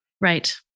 Right